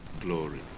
glory